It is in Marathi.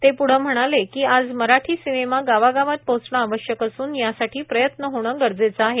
ते प्ढे म्हणाले की आज मराठी सिनेमा गावागावात पोहोचणे आवश्यक असून यासाठी प्रयत्न होणे गरजेचे आहे